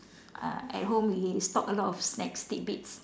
uh at home we stock a lot of snacks tidbits